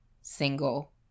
single